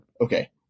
Okay